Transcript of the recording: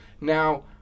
Now